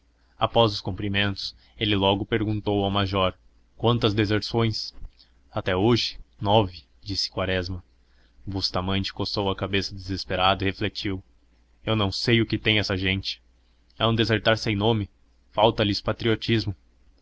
após os cumprimentos ele logo perguntou ao major quantas deserções até hoje nove disse quaresma bustamante coçou a cabeça desesperado e refletiu eu não sei o que tem essa gente é um desertar sem nome falta lhes patriotismo